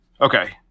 Okay